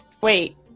wait